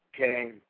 Okay